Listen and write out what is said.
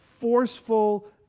forceful